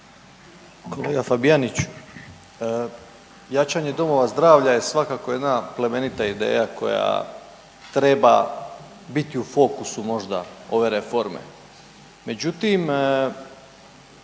Kolega Fabijanić. Jačanje domova zdravlja je svakako jedna plemenita ideja koja treba biti u fokusu možda ove reforme.